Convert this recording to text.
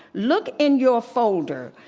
look in your folder.